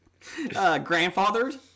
Grandfathered